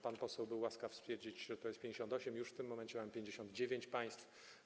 Pan poseł był łaskaw stwierdzić, że to jest 58 państw, w tym momencie mamy już 59 państw.